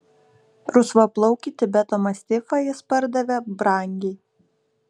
rusvaplaukį tibeto mastifą jis pardavė brangiai